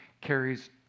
Carrie's